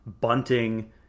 bunting